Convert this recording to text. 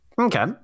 Okay